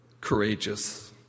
courageous